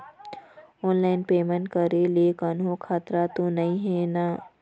Online payment करे ले कोन्हो खतरा त नई हे न?